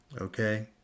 okay